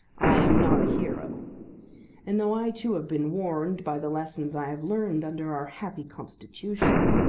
i am not a hero and, though i too have been warned by the lessons i have learned under our happy constitution,